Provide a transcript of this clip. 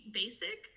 basic